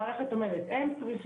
המערכת אומר שזה עובד ככה: הם צריכים,